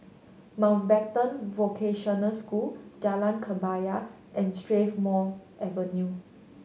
Mountbatten Vocational School Jalan Kebaya and Strathmore Avenue